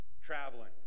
traveling